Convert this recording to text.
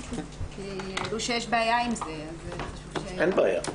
--- שיש בעיה עם זה, אז --- אין בעיה.